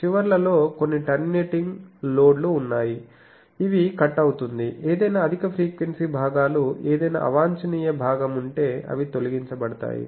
చివర్లలో కొన్ని టెర్మినేటింగ్ లోడ్లు ఉన్నాయి ఇవి కట్ అవుతుందిఏదైనా అధిక ఫ్రీక్వెన్సీ భాగాలు ఏదైనా అవాంఛనీయ భాగం ఉంటే అవి తొలగించబడతాయి